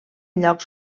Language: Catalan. llocs